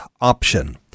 Option